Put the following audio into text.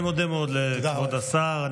אני מודה מאוד לכבוד השר.